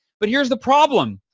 but here's the problem.